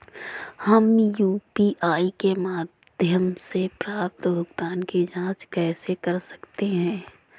हम यू.पी.आई के माध्यम से प्राप्त भुगतान की जॉंच कैसे कर सकते हैं?